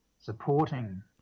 supporting